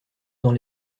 dans